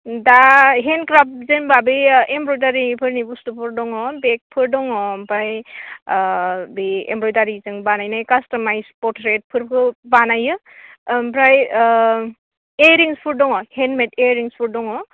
दा हेन्दक्राफ्ट जेनेबा बैयो एमब्र'यदारिफोरनि बुस्थुफोर दङ बेगफोर दङ ओमफ्राय बे एमब्र'यदारिजों बानायनाय कासट'माइज्द परट्रेटफोरबो बानायो ओमफ्राय इयारिंसफोर दङ हेनमेद इयारिंसफोर दङ